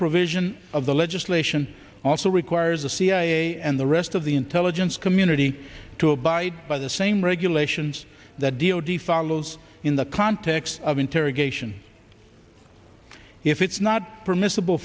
provision of the legislation also requires the cia and the rest of the intelligence community to abide by the same regulations that d o d follows in the context of interrogation if it's not permissible